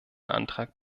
antrag